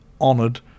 honoured